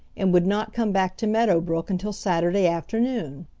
and would not come back to meadow brook until saturday afternoon.